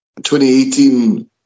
2018